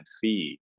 fee